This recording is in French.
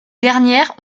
dernières